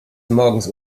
morgens